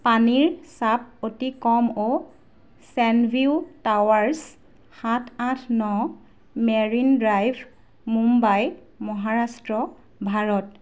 পানীৰ চাপ অতি কম অ'চেনভিউ টাৱাৰছ সাত আঠ ন মেৰিন ড্ৰাইভ মুম্বাই মহাৰাষ্ট্ৰ ভাৰত